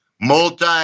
Multi